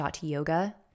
yoga